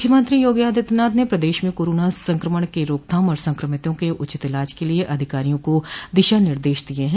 मुख्यमंत्री योगी आदित्यनाथ ने प्रदेश में कोरोना संक्रमण के रोकथाम और संक्रमितों के उचित इलाज के लिये अधिकारियों को दिशा निर्देश दिये है